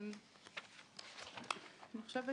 אני חושבת